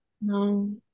No